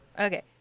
Okay